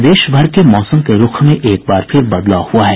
प्रदेशभर के मौसम के रूख में एक बार फिर बदलाव हुआ है